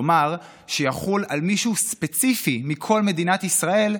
כלומר שיחול על מישהו ספציפי מכל מדינת ישראל,